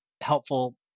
helpful